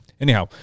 anyhow